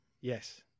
Yes